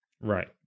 Right